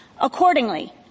Accordingly